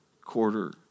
quarter